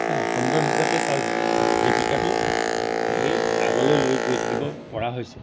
সুন্দৰ হিচাপে তাৰ জীৱিকাটো সেই আগলৈ লৈ গৈ থাকিব পৰা হৈছে